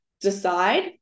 Decide